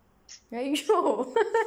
I know